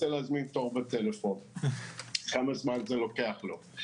להזמין תור בטלפון כמה זמן זה לוקח לו.